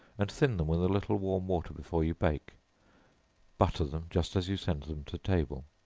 and thin them with a little warm water before you bake butter them just as you send them to table.